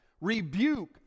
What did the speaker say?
Rebuke